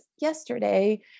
Yesterday